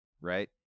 Right